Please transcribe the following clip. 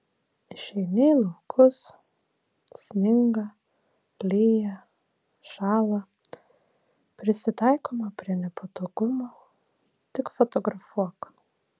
išeini į laukus sninga lyja šąla prisitaikoma prie nepatogumų tik fotografuok